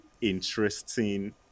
interesting